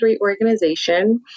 organization